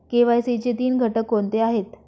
KYC चे तीन घटक कोणते आहेत?